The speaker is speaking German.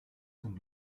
sind